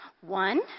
One